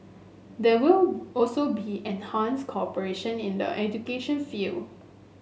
there will also be enhanced cooperation in the education field